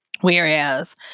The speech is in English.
whereas